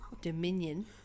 Dominion